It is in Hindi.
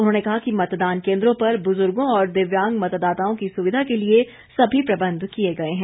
उन्होंने कहा कि मतदान केंद्रों पर बुजुर्गों और दिव्यांग मतदाताओं की सुविधा के लिए सभी प्रबंध किए गए हैं